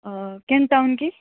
ଓ କେନ୍ ଟାଉନ୍ କି